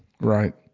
right